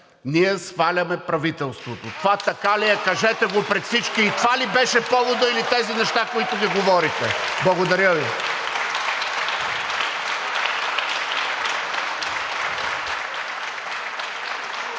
ние сваляме правителството.“ Това така ли е? Кажете пред всички: това ли беше поводът или тези неща, които ги говорите? Благодаря Ви.